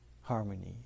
harmony